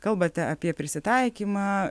kalbate apie prisitaikymą